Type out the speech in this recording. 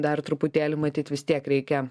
dar truputėlį matyt vis tiek reikia